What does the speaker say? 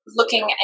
looking